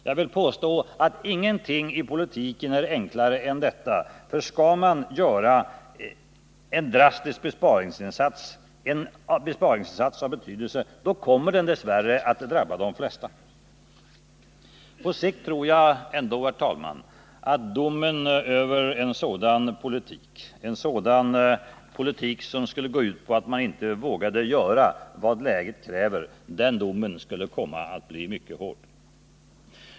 Jag vill påstå att ingenting i politiken är lättare än detta, för skall man göra en drastisk besparingsinsats av betydelse kommer den dess värre att drabba de flesta. På sikt, herr talman, skulle dock domen över en sådan politik, en politik som skulle gå ut på att man inte vågade göra vad läget kräver, komma att bli mycket hård.